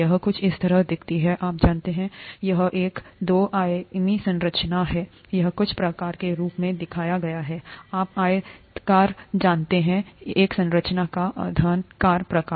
यह कुछ इस तरह दिखता है आप जानते हैं यह एक दो आयामी संरचना है यह कुछ प्रकार के रूप में दिखाया गया है आप आयताकारजानते हैं एक संरचना का घनाकार प्रकार